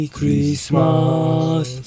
Christmas